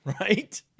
right